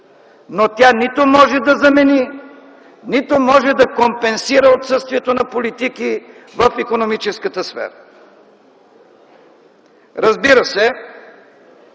но тя нито може да замени, нито може да компенсира отсъствието на политики в икономическата сфера. Разбира се,